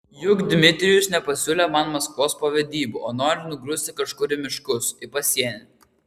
juk dmitrijus nepasiūlė man maskvos po vedybų o nori nugrūsti kažkur į miškus į pasienį